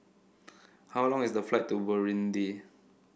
how long is the flight to Burundi